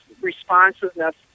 responsiveness